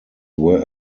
were